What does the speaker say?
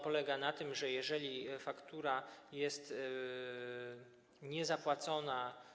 Polega ono na tym, że jeżeli faktura jest niezapłacona.